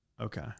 Okay